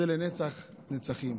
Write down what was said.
זה לנצח נצחים.